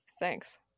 Thanks